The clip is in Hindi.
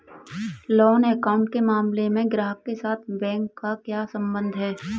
लोन अकाउंट के मामले में ग्राहक के साथ बैंक का क्या संबंध है?